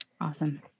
Awesome